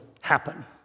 happen